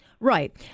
Right